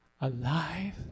alive